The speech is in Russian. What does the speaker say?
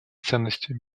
ценности